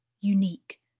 Unique